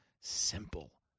simple